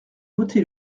voté